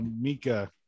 Mika